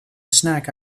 snack